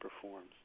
performs